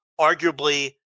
arguably